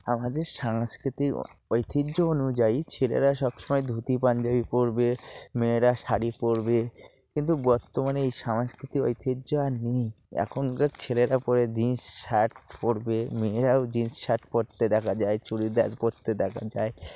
আমাদের সানংস্কৃতিক ঐতিহ্য অনুযায়ী ছেলেরা সব সময় ধুতি পাঞ্জাবি পরবে মেয়েরা শাড়ি পরবে কিন্তু বর্তমানে এই সাংস্কৃতিক ঐতিহ্য আর নেই এখনকার ছেলেরা পরে জিন্স শার্ট পরবে মেয়েরাও জিন্স শার্ট পরতে দেখা যায় চুড়িদার পড়তে দেখা যায়